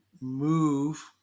move